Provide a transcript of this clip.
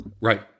Right